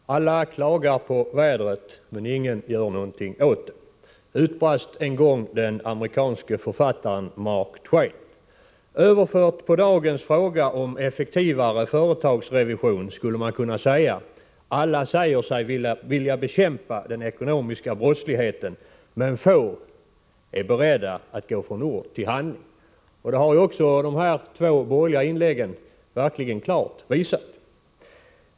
Fru talman! Alla klagar på vädret, men ingen gör någonting åt det, utbrast en gång den amerikanske författaren Mark Twain. Överfört på dagens fråga om effektivare företagsrevision skulle man kunna säga: Alla säger sig vilja bekämpa den ekonomiska brottsligheten, men få är beredda att gå från ord till handling. Det har också de två borgerliga inläggen klart visat.